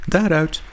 Daaruit